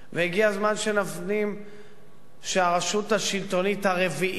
והגיע הזמן שנפנים שהרשות השלטונית הרביעית,